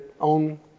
own